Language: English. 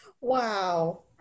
Wow